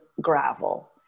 gravel